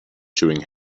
chewing